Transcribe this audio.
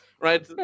Right